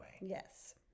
Yes